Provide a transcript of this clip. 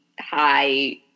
high